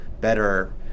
better